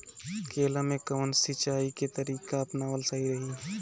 केला में कवन सिचीया के तरिका अपनावल सही रही?